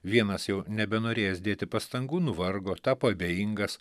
vienas jau nebenorėjęs dėti pastangų nuvargo ir tapo abejingas